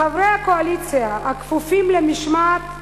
חברי הקואליציה, הכפופים למשמעת,